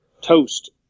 toast